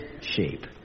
shape